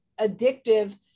addictive